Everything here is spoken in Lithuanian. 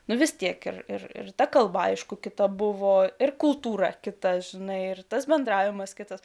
nu vistiek ir ir ir ta kalba aišku kita buvo ir kultūrą kita žinai ir tas bendravimas kitas